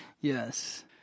Yes